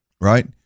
right